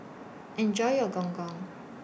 Enjoy your Gong Gong